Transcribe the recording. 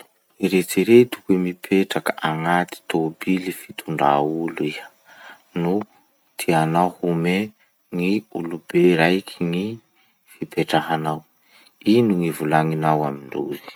Eritsereto hoe mipetraky agnaty tobily fitondra olo iha no tianao home gny olobe raiky gny fipetrahanao. Ino gny volagninao amindrozy?